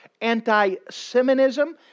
anti-Semitism